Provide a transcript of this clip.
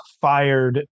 fired